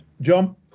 John